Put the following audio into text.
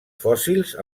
fòssils